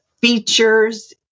features